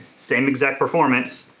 same exact performance,